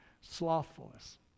slothfulness